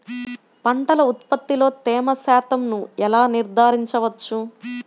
పంటల ఉత్పత్తిలో తేమ శాతంను ఎలా నిర్ధారించవచ్చు?